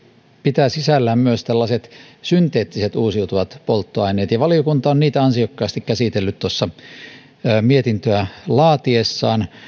pitää sisällään myös synteettiset uusiutuvat polttoaineet ja valiokunta on niitä ansiokkaasti käsitellyt mietintöä laatiessaan